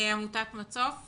אלירן מעמותת מצוף.